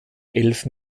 elf